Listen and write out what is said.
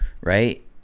right